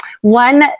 One